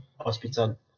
hospital